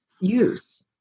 use